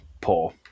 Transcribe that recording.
poor